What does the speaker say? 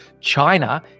China